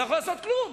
לא יכול לעשות כלום.